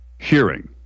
hearing